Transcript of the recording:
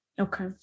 okay